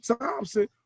Thompson